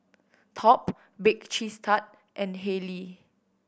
Top Bake Cheese Tart and Haylee